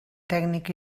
tècnica